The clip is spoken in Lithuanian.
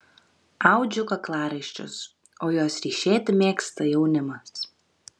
audžiu kaklaraiščius o juos ryšėti mėgsta jaunimas